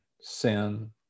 sin